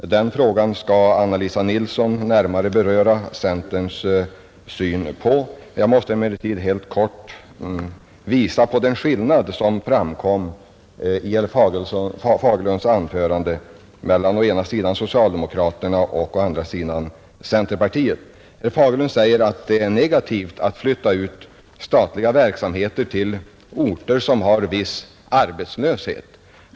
I den frågan skall fru Anna-Lisa Nilsson utveckla centerns syn, men jag vill ändå här helt kort visa på den skillnad som i herr Fagerlunds anförande framkom mellan å ena sidan socialdemokraterna och å andra sidan centerpartiet. Herr Fagerlund sade att det är negativt att flytta ut statliga verksamheter till orter där det råder viss arbetslöshet.